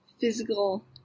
physical